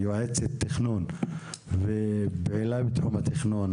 יועצת תכנון ופעילה בתחום התכנון.